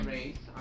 Race